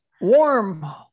warm